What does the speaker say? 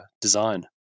design